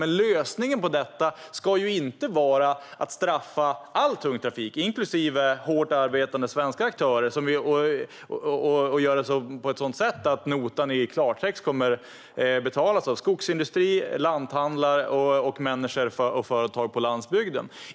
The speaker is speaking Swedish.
Men lösningen på detta problem ska inte vara att straffa all tung trafik, inklusive hårt arbetande svenska aktörer, och göra det på ett sådant sätt att notan i klartext kommer att få betalas av skogsindustri, lanthandlare och människor och företag på landsbygden.